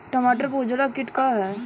टमाटर पर उजला किट का है?